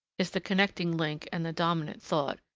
is the connecting link and the dominant thought,